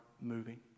moving